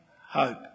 hope